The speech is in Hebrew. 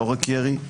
לא רק ירי.